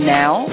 now